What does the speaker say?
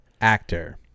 actor